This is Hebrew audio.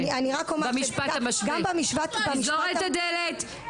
אני רוצה לתת את זכות הדיבור לאור אבו,